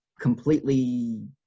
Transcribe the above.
completely